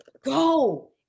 Go